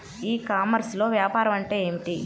ఈ కామర్స్లో వ్యాపారం అంటే ఏమిటి?